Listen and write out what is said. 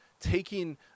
taking